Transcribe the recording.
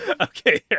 okay